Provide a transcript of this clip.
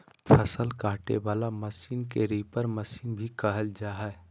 फसल काटे वला मशीन के रीपर मशीन भी कहल जा हइ